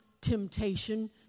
temptation